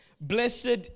Blessed